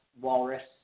Walrus